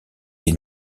des